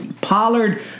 Pollard